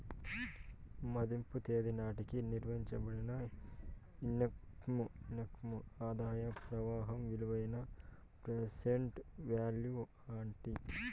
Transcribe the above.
మదింపు తేదీ నాటికి నిర్వయించబడిన ఇన్కమ్ ఆదాయ ప్రవాహం విలువనే ప్రెసెంట్ వాల్యూ అంటీ